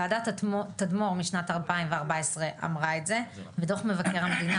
וועדת תדמור משנת 2014 אמרה את זה ודוח מבקר המדינה,